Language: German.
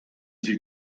sie